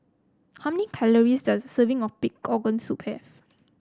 how many calories does a serving of Pig's Organ Soup have